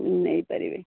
ନେଇପାରିବେ